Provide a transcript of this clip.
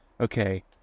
okay